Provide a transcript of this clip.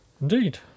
indeed